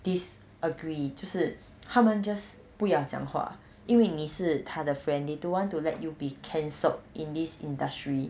disagree 就是他们 just 不要讲话因为你是他的 friend they to want to let you will be cancelled in this industry